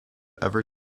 ever